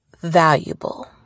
valuable